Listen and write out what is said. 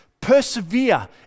persevere